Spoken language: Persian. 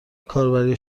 کاربری